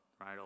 right